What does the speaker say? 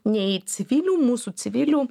nei civilių mūsų civilių